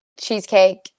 cheesecake